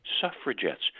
suffragettes